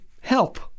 help